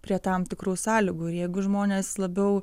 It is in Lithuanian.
prie tam tikrų sąlygų ir jeigu žmonės labiau